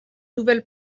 nouvelle